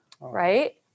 Right